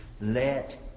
let